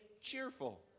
cheerful